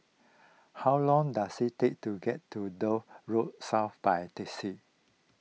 how long does it take to get to Dock Road South by taxi